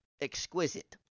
exquisite